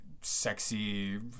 sexy